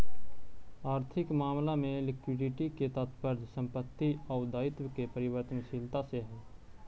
आर्थिक मामला में लिक्विडिटी के तात्पर्य संपत्ति आउ दायित्व के परिवर्तनशीलता से हई